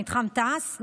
במתחם תעש,